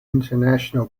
international